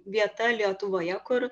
vieta lietuvoje kur